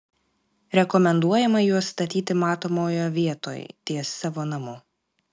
rekomenduojama juos statyti matomoje vietoj ties savo namu